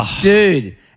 Dude